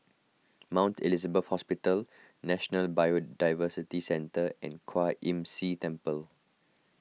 Mount Elizabeth Hospital National Biodiversity Centre and Kwan Imm See Temple